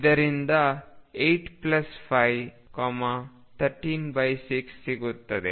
ಇದರಿಂದ 8 5136 ಸಿಗುತ್ತದೆ